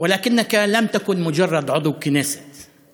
אבל אתה אינך חבר כנסת ותו לא.